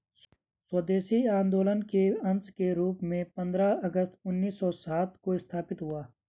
स्वदेशी आंदोलन के अंश के रूप में पंद्रह अगस्त उन्नीस सौ सात को स्थापित हुआ